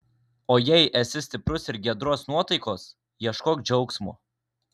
o jei esi stiprus ir giedros nuotaikos ieškok džiaugsmo